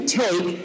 take